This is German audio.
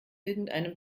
irgendeinem